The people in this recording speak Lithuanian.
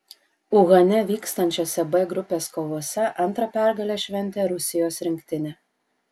uhane vykstančiose b grupės kovose antrą pergalę šventė rusijos rinktinė